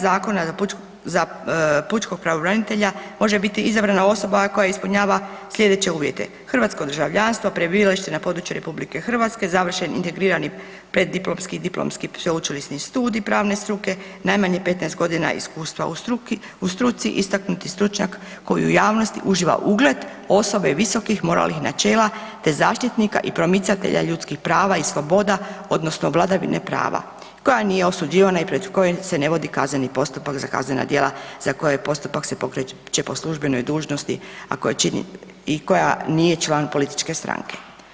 Zakona za pučkog pravobranitelja može biti izabrana osoba koja ispunjava sljedeće uvjete: hrvatsko državljanstvo, prebivalište na području Republike Hrvatske, završen integrirani pred diplomski i diplomski sveučilišni studij pravne struke, najmanje 15 godina iskustva u struci, istaknuti stručnjak koji u javnosti uživa ugled osobe visokih moralnih načela, te zaštitnika i promicatelja ljudskih prava i sloboda, odnosno vladavine prava koja nije osuđivana i pred kojim se ne vodi kazneni postupak za kaznena djela za koji postupak se pokreće po službenoj dužnosti i koja nije član političke stranke.